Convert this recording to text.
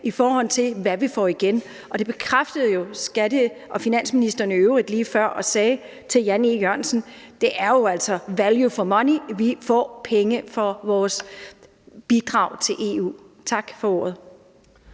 i forhold til hvad vi får igen, og det bekræftede den fg. finansminister jo i øvrigt også lige før, da han sagde til Jan E. Jørgensen: Det er jo altså value for money; vi får penge for vores bidrag til EU. Tak for ordet.